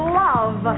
love